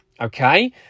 okay